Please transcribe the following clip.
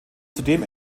zudem